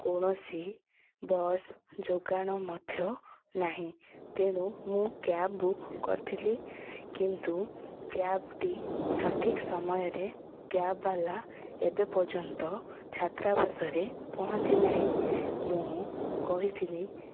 କୌଣସି ବସ୍ ଯୋଗାଣ ମଧ୍ୟ ନାହିଁ ତେଣୁ ମୁଁ କ୍ୟାବ୍ ବୁକ୍ କରିଥିଲି କିନ୍ତୁ କ୍ୟାବ୍ଟି ସଠିକ୍ ସମୟରେ କ୍ୟାବ୍ବାଲା ଏବେ ପର୍ଯ୍ୟନ୍ତ ଛାତ୍ରାବାସରେ ପହଞ୍ଚି ନାହିଁ ମୁଁ କହିଥିଲି